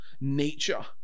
nature